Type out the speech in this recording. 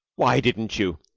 why didn't you?